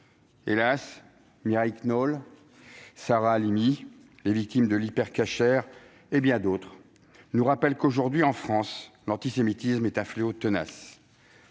Hélas, Mireille Knoll, Sarah Halimi, les victimes de l'Hyper Cacher et bien d'autres nous rappellent qu'aujourd'hui, en France, l'antisémitisme est un fléau tenace.